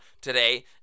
today